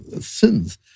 sins